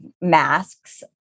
masks